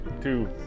two